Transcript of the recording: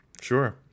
sure